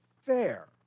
fair